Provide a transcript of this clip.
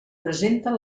presenten